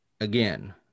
again